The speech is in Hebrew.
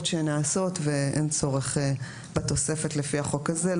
שנעשות ואין צורך בתוספת לפי החוק הזה.